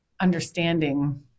understanding